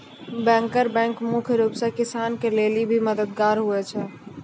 banker bank मुख्य रूप से किसान के लेली भी मददगार हुवै छै